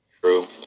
True